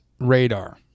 radar